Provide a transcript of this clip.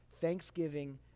thanksgiving